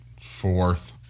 Fourth